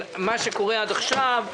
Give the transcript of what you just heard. מה שיקרה עכשיו,